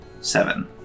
Seven